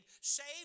save